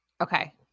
Okay